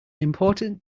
important